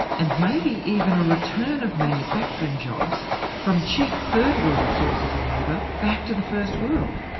and maybe even a return of manufacturing jobs from cheap third world sources of labour back to the first world.